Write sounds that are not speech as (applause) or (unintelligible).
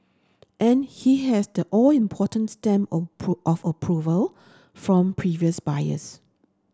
and he has the all important stamp of (unintelligible) of approval from previous buyers